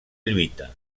lluita